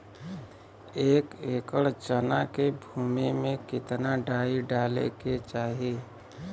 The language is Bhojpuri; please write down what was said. एक एकड़ चना के भूमि में कितना डाई डाले के चाही?